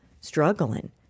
struggling